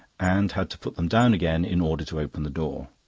and had to put them down again in order to open the door.